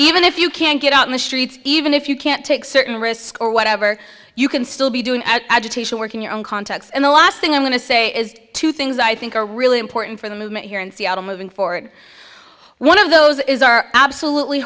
even if you can't get out in the streets even if you can't take certain risks or whatever you can still be doing work in your own context and the last thing i'm going to say is two things i think are really important for the movement here in seattle moving forward one of those is our absolutely